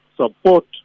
support